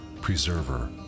preserver